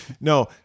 No